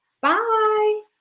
Bye